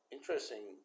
Interesting